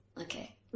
Okay